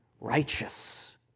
righteous